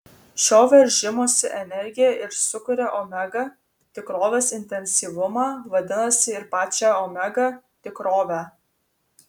šio veržimosi energija ir sukuria omega tikrovės intensyvumą vadinasi ir pačią omega tikrovę